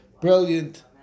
brilliant